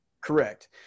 correct